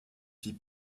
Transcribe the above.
fit